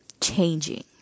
changing